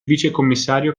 vicecommissario